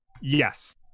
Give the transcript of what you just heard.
Yes